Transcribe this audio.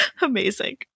amazing